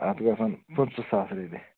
اَتھ گژھَن پٕنٛژٕہ ساس رۄپیہِ